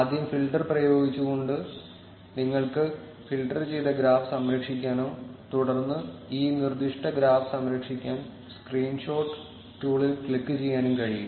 ആദ്യം ഫിൽട്ടർ പ്രയോഗിച്ചുകൊണ്ട് നിങ്ങൾക്ക് ഫിൽട്ടർ ചെയ്ത ഗ്രാഫ് സംരക്ഷിക്കാനും തുടർന്ന് ഈ നിർദ്ദിഷ്ട ഗ്രാഫ് സംരക്ഷിക്കാൻ സ്ക്രീൻഷോട്ട് ടൂളിൽ ക്ലിക്കുചെയ്യാനും കഴിയും